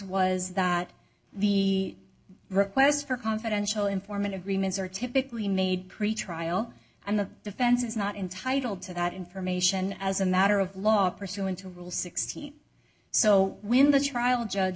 was that the requests for confidential informant agreements are typically made pretrial and the defense is not entitled to that information as a matter of law pursuant to rule sixteen so when the trial judge